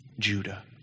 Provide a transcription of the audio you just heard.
Judah